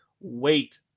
wait